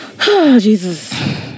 Jesus